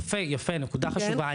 יפה, יפה, נקודה חשובה.